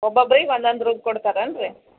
ಒಬ್ಬೊಬ್ಬರಿಗೆ ಒಂದು ಒಂದು ರೂಮ್ ಕೊಡ್ತಾರೆ ಏನು ರೀ